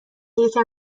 یکم